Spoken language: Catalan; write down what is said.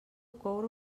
coure